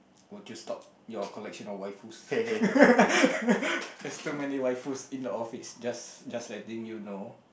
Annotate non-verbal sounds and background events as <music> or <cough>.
would you stop your collection of waifus <laughs> there's too many waifus in the office just letting you know